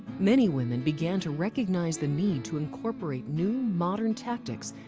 many women began to recognize the need to incorporate new modern tactics,